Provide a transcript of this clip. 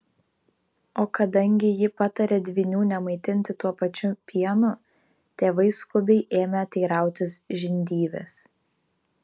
o kadangi ji patarė dvynių nemaitinti tuo pačiu pienu tėvai skubiai ėmė teirautis žindyvės